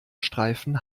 streifen